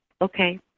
okay